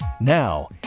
Now